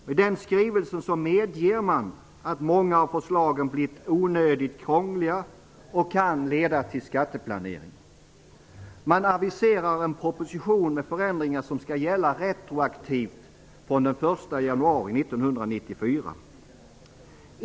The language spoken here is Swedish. I denna skrivelse medger man att många av förslagen blivit onödigt krångliga och kan leda till skatteplanering. Man aviserar en proposition med förändringar som skall gälla retroaktivt från den 1 januari 1994.